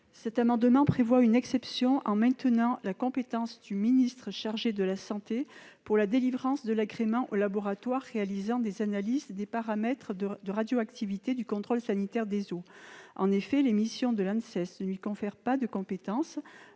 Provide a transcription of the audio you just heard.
amendement prévoit une exception en maintenant la compétence du ministre chargé de la santé pour la délivrance de l'agrément aux laboratoires réalisant des analyses des paramètres de radioactivité du contrôle sanitaire des eaux. En effet, les missions de l'Anses ne prévoient pas de compétence